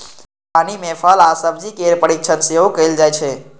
बागवानी मे फल आ सब्जी केर परीरक्षण सेहो कैल जाइ छै